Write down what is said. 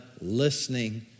listening